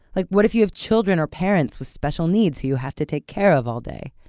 like, what if you have children or parents with special needs who you have to take care of all day?